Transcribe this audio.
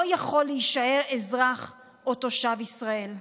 לא יכול להישאר אזרח או תושב ישראל.